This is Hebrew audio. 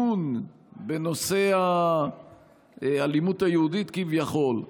הדיון בנושא האלימות היהודית, כביכול,